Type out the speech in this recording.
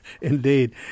Indeed